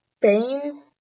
pain